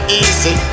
easy